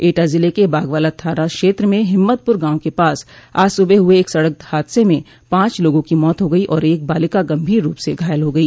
एटा ज़िले के बागवाला थाना क्षेत्र में हिम्मतपुर गांव के पास आज सुबह हुए एक सड़क हादसे मे पांच लोगों की मौत हो गई और एक बालिका गंभीर रूप से घायल हो गई